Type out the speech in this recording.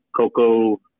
Coco